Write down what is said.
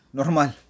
normal